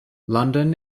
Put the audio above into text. london